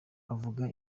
avuga